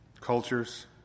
cultures